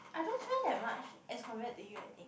I don't spend that much as compared to you I think